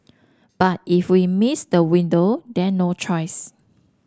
but if we miss the window then no choice